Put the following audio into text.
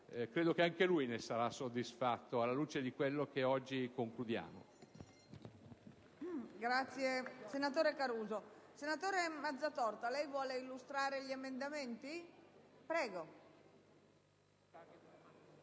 Credo che anche lui ne sarà soddisfatto, alla luce di quello che oggi concludiamo.